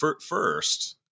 first